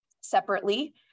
separately